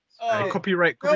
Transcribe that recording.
Copyright